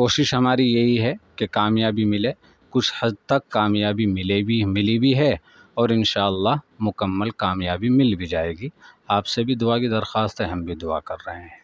کوشش ہماری یہی ہے کہ کامیابی ملے کچھ حد تک کامیابی ملے بھی ملی بھی ہے اور ان شا اللہ مکمل کامیابی مل بھی جائے گی آپ سے بھی دعا کی درخواست ہے ہم بھی دعا کر رہے ہیں